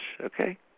okay